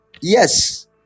yes